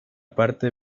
parte